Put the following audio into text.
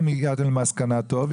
אם הגעתם למסקנה טוב,